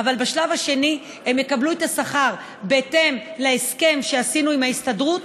אבל בשלב השני הן יקבלו את השכר בהתאם להסכם שעשינו עם ההסתדרות,